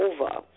over